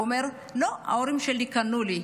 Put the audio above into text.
הוא אומר: לא, ההורים שלי קנו לי.